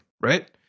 right